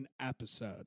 episode